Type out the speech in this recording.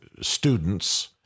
students